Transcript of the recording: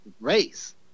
race